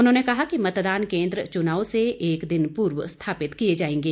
उन्होंने कहा कि मतदान केन्द्र चुनाव से एक दिन पूर्व स्थापित किए जाएंगे